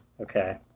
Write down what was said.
okay